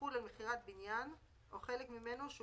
יחול על מכירת בניין או חלק ממנו שהוא